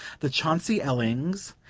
the chauncey ellings,